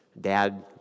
Dad